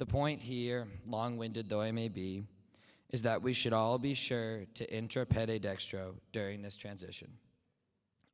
the point here long winded though i may be is that we should all be sure to enter petty dextro during this transition